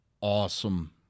awesome